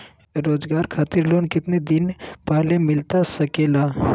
रोजगार खातिर लोन कितने दिन पहले मिलता सके ला?